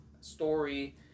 story